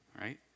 right